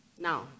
now